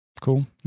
Cool